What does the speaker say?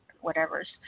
whatever's